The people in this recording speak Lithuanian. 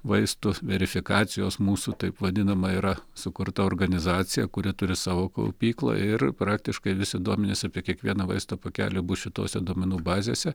vaistų verifikacijos mūsų taip vadinama yra sukurta organizacija kuri turi savo kaupyklą ir praktiškai visi duomenys apie kiekvieną vaistų pakelį bus šitose duomenų bazėse